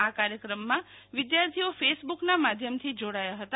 આ કાર્યક્રમમાં વિદ્યાર્થીઓ ફેસબુકના માધ્યમથી જોડાયા હતા